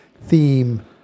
theme